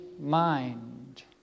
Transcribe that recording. mind